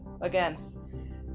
Again